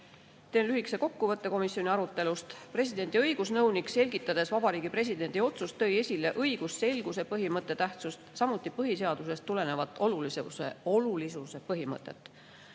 Teen lühikese kokkuvõtte komisjoni arutelust. Presidendi õigusnõunik, selgitades Vabariigi Presidendi otsust, tõi esile õigusselguse põhimõtte tähtsust, samuti põhiseadusest tulenevat olulisuse põhimõtet.